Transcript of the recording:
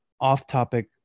off-topic